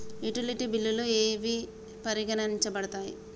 Utility బిల్లులు ఏవి పరిగణించబడతాయి?